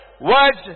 words